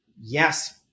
yes